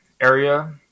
area